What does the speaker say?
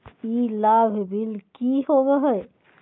ई लाभ बिल की होबो हैं?